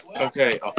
Okay